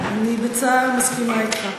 את המשנה אנחנו לא יכולים לומר עכשיו.